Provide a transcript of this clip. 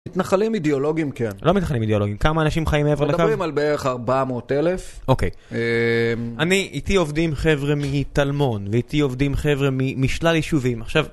מתנחלים אידיאולוגים, כן. לא מתנחלים אידיאולוגים. כמה אנשים חיים מעבר לקו? מדברים על בערך ארבע מאות אלף. אוקיי. אה... אני... איתי עובדים חבר'ה מטלמון, ואיתי עובדים חבר'ה משלל יישובים. עכשיו...